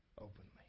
openly